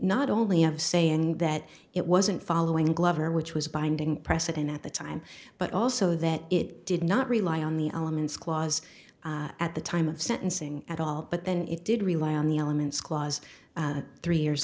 not only of saying that it wasn't following glover which was a binding precedent at the time but also that it did not rely on the elements clause at the time of sentencing at all but then it did rely on the elements clause three years